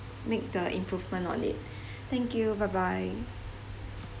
make the improvement on it thank you bye bye